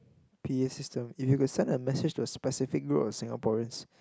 P A system if you could send a message to a specific group of Singaporeans